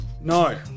No